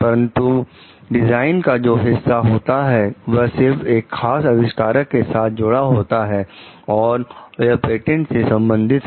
परंतु डिजाइन का जो हिस्सा होता है वह सिर्फ एक खास अविष्कारक के साथ जुड़ा होता है और यह पेटेंट से संबंधित है